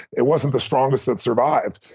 it wasn't the strongest that survived.